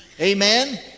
Amen